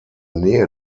nähe